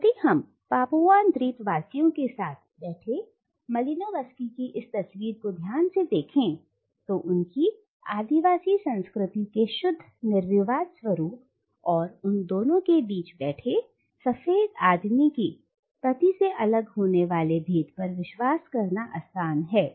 और यदि हम पापुआन द्वीप वासियों के साथ बैठे मालिनोवस्की की इस तस्वीर को ध्यान से देखें तो उनकी आदिवासी संस्कृति के शुद्ध निर्विवाद स्वरूप और उन दोनों के बीच बैठे सफेद आदमी की पति से अलग होने वाले भेद पर विश्वास करना आसान है